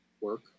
work